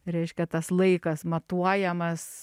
reiškia tas laikas matuojamas